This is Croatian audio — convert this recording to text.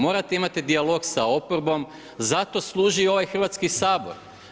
Morate imati dijalog sa oporbom, zato služi i ovaj Hrvatski sabor.